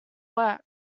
work